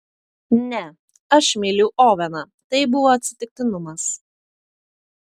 ne aš myliu oveną tai buvo atsitiktinumas